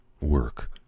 work